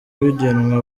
bigenwa